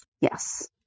Yes